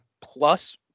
plus